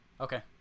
Okay